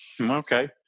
okay